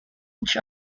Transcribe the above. each